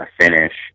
finish